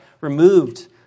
removed